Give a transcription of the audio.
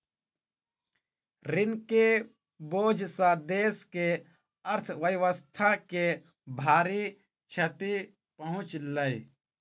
ऋण के बोझ सॅ देस के अर्थव्यवस्था के भारी क्षति पहुँचलै